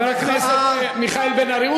חבר הכנסת מיכאל בן-ארי,